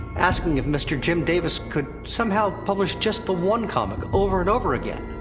asking if mr. jim davis could, somehow, publish just the one comic, over and over again.